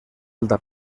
alta